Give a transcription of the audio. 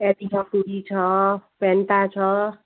प्याजी छ पुरी छ फेन्टा छ